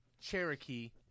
Cherokee